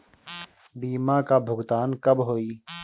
बीमा का भुगतान कब होइ?